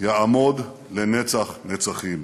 יעמוד לנצח נצחים.